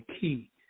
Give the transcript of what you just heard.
key